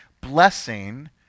blessing